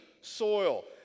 soil